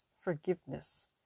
forgiveness